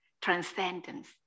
transcendence